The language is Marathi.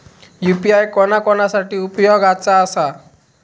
यू.पी.आय कोणा कोणा साठी उपयोगाचा आसा?